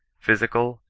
physical,